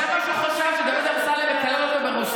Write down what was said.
זה מה שהוא חשב, שדוד אמסלם מקלל אותו ברוסית?